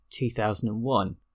2001